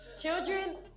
children